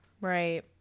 Right